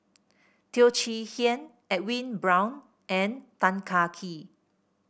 Teo Chee Hean Edwin Brown and Tan Kah Kee